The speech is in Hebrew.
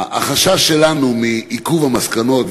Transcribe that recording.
החשש שלנו מעיכוב המסקנות,